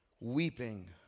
weeping